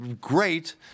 Great